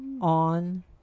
on